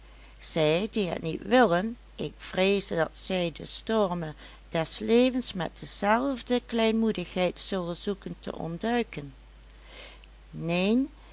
niet willen ik vreeze dat zij de stormen des levens met dezelfde kleinmoedigheid zullen zoeken te ontduiken neen